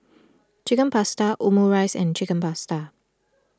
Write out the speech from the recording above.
Chicken Pasta Omurice and Chicken Pasta